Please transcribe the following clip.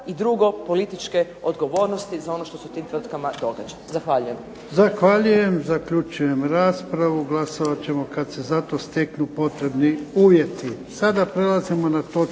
i drugo političke odgovornosti za ono što se u tim tvrtkama događa. Zahvaljujem.